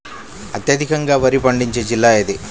అత్యధికంగా వరి పండించే జిల్లా ఏది?